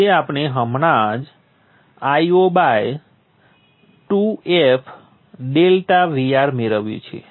જે આપણે હમણાં Io 2f∆Vr મેળવ્યું છે